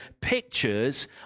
pictures